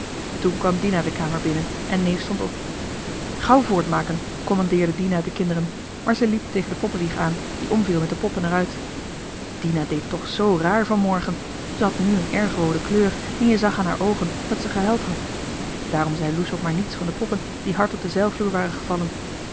toen kwam dina de kamer binnen en neef stond op gauw voortmaken commandeerde dina de kinderen maar ze liep tegen de poppenwieg aan die omviel met de poppen er uit dina deed toch zoo raar van morgen zij had nu een erge roode kleur en je zag aan haar oogen dat johan de meester de zonde in het deftige dorp zij gehuild had daarom zei loes ook maar niets van de poppen die hard op den zeilvloer waren gevallen